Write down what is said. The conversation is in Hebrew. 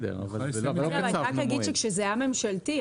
אני רק אגיד שכשזה היה ממשלתי,